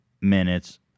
minutes